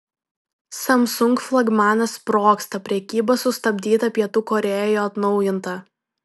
samsung flagmanas sprogsta prekyba sustabdyta pietų korėjoje atnaujinta